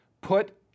put